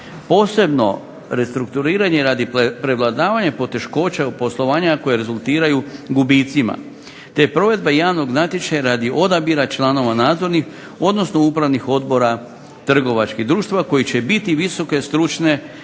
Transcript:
posebno restrukturiranje radi prevladavanja poteškoća poslovanja koja rezultiraju gubicima, te provedba javnog natječaja radi odabira članova nadzornih, odnosno upravnih odbora trgovačkih društava koji će biti visoke stručne u